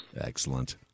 Excellent